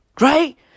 Right